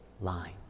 line